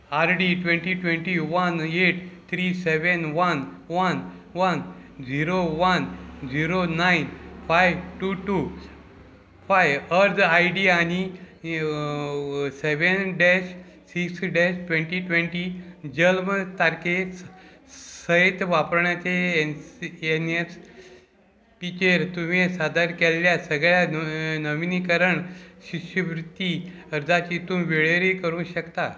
RD twenty twenty one eight three seven one one one zero one zero nine five two two five अर्ज I D आनी seven dash six dash twenty twenty जल्म तारखे सयत वापरण्याचें N N S डीचेर तुवें सादर केल्ल्या सगळ्या नविनीकरण शिश्यवृत्ती अर्जाची तूं वळेरी करूंक शकता